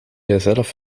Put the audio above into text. jezelf